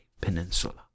Peninsula